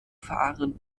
fahren